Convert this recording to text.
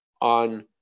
on